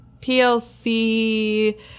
PLC